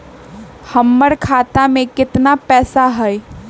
हमर खाता में केतना पैसा हई?